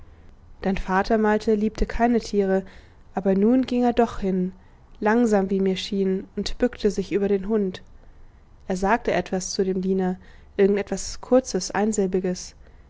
dein vater malte liebte keine tiere aber nun ging er doch hin langsam wie mir schien und bückte sich über den hund er sagte etwas zu dem diener irgend etwas kurzes einsilbiges